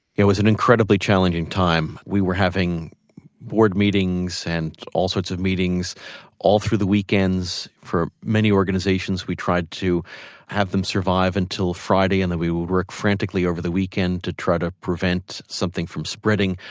it was an incredibly challenging time. we were having board meetings and all sorts of meetings all through the weekends. for many organizations, we tried to have them survive until friday, and then we would work frantically over the weekend to try to prevent something from spreading.